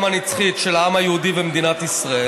הנצחית של העם היהודי במדינת ישראל,